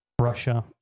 Russia